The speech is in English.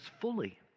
fully